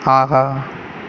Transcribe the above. ஆஹா